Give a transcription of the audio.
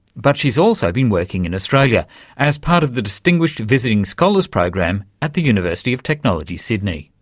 but she's also been working in australia as part of the distinguished visiting scholars program at the university of technology, sydney.